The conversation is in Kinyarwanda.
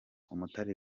umutare